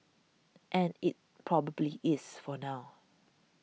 and it probably is for now